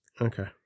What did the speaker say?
Okay